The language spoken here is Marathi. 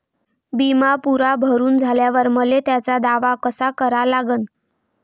बिमा पुरा भरून झाल्यावर मले त्याचा दावा कसा करा लागन?